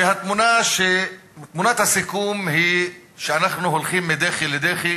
ותמונת הסיכום היא שאנחנו הולכים מדחי לדחי